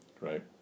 Right